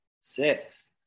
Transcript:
six